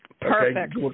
Perfect